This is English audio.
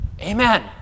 Amen